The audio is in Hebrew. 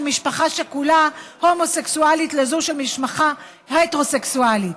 משפחה שכולה הומוסקסואלית לזה של משפחה הטרוסקסואלית,